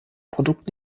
produkt